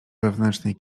wewnętrznej